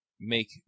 make